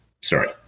sorry